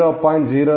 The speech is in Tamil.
0